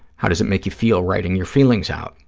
how does it make you feel, writing your feelings out?